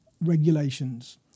regulations